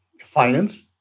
finance